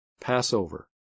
Passover